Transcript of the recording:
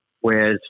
Whereas